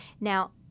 Now